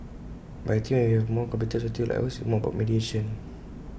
but I think when we have A more complicated society like ours it's more about mediation